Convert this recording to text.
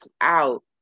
out